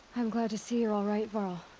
i'm glad to see you're alright, varl.